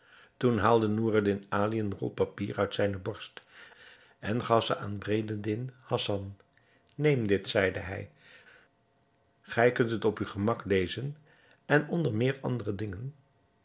toen haalde noureddin ali eene rol papier uit zijne borst en gaf ze bedreddin hassan neem dit zeide hij gij kunt het op uw gemak lezen en onder meer andere dingen